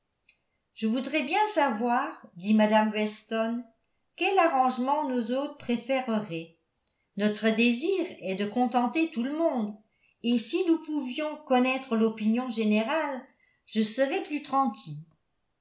je voudrais bien savoir dit mme weston quel arrangement nos hôtes préfèreraient notre désir est de contenter tout le monde et si nous pouvions connaître l'opinion générale je serais plus tranquille